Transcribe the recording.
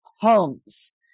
homes